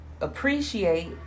appreciate